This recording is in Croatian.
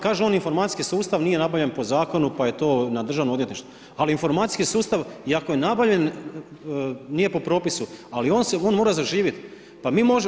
Kaže on informacijski sustav nije napravljen po zakonu pa je to na državnom odvjetništvo, ali informacijski sustav i ako je nabavljen nije po propisu, ali on mora zaživjeti.